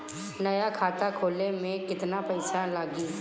नया खाता खोले मे केतना पईसा लागि?